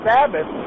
Sabbath